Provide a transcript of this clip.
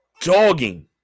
dogging